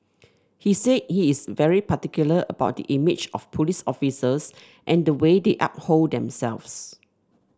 he said he is very particular about the image of police officers and the way they uphold themselves